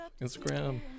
Instagram